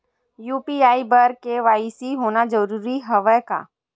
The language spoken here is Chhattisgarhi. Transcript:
यू.पी.आई बर के.वाई.सी होना जरूरी हवय का?